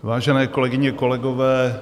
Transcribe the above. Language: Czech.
Vážené kolegyně, kolegové.